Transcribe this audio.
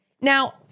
Now